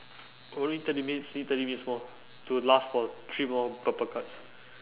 only twenty minutes see twenty minutes more to last for three more purple cards